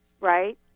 right